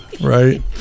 right